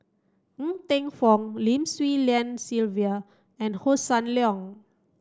Ng Teng Fong Lim Swee Lian Sylvia and Hossan Leong